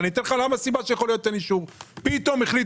אני אתן לך סיבה למה יכול להיות שאין אישור פתאום החליט